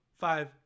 Five